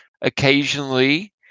occasionally